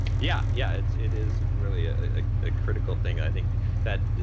yeah yeah, it is really a critical thing i think that.